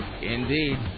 indeed